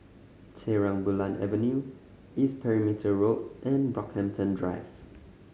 Terang Bulan Avenue East Perimeter Road and Brockhampton Drive